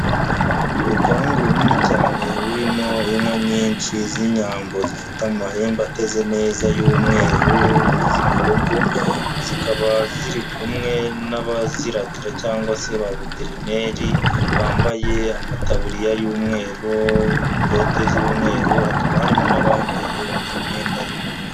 Urupangu runini cyane rurimo inka nyinshi z'inyambo zifite amahembe ateze neza y'umweru z'ibihogo, zikaba ziri kumwe n'abaziragira cyangwa se ba veterineri bambaye amataburiya y'umweru, bote z'umweru hakaba harimo n'abambaye imyenda y'ubururu.